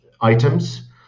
items